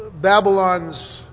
Babylon's